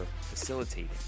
facilitating